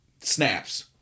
snaps